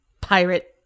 pirate